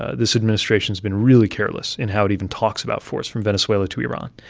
ah this administration has been really careless in how it even talks about force, from venezuela to iran.